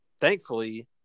thankfully